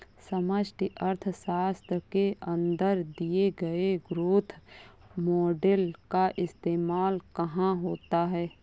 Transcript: समष्टि अर्थशास्त्र के अंदर दिए गए ग्रोथ मॉडेल का इस्तेमाल कहाँ होता है?